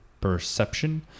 perception